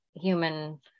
human